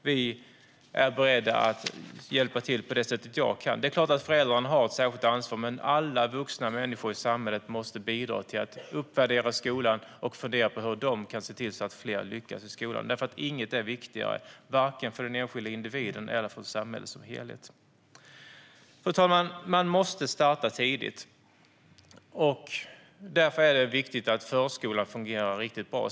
Jag är beredd att hjälpa till på det sätt jag kan. Det är klart att föräldrarna har ett särskilt ansvar. Men alla vuxna människor i samhället måste bidra till att uppvärdera skolan och fundera på hur de kan se till att fler lyckas i skolan, därför att inget är viktigare för vare sig den enskilde individen eller samhället som helhet. Fru talman! Man måste starta tidigt. Därför är det viktigt att förskolan fungerar riktigt bra.